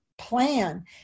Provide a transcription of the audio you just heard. plan